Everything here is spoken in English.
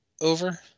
over